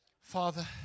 Father